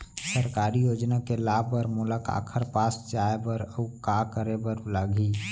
सरकारी योजना के लाभ बर मोला काखर पास जाए बर अऊ का का करे बर लागही?